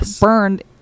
burned